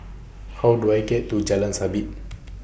How Do I get to Jalan Sabit